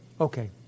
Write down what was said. Okay